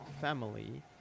family